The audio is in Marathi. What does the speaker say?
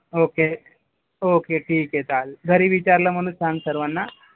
ओके ठीक आहे ठीक आहे चालेल घरी विचारलं म्हणून सांग सर्वांना